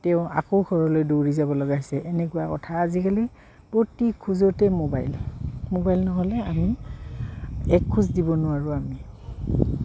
তেওঁ আকৌ ঘৰলৈ দৌৰি যাব লগা হৈছে এনেকুৱা কথা আজিকালি প্ৰতি খোজতে মোবাইল মোবাইল নহ'লে আমি এক খোজ দিব নোৱাৰোঁ আমি